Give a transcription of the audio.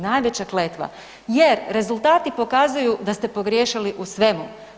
Najveća kletva jer rezultati pokazuju da ste pogriješili u svemu.